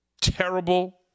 terrible